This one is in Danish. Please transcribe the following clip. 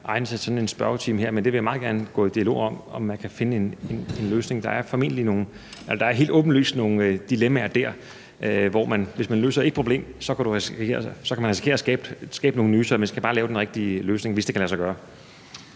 egner sig til sådan en spørgetime her. Men det vil jeg meget gerne gå i dialog om, altså om man kan finde en løsning. Der er helt åbenlyst nogle dilemmaer dér, i forhold til at hvis man løser ét problem, så kan man risikere at skabe nogle nye. Så man skal bare lave den rigtige løsning, hvis det kan lade sig gøre.